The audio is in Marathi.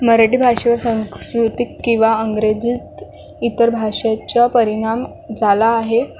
मराठी भाषेवर सांस्कृतिक किंवा इंग्रजीत इतर भाषेचा परिणाम झाला आहे